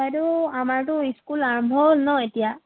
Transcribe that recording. বাইদেউ আমাৰতো ইস্কুল আৰম্ভ হ'ল নহ্ এতিয়া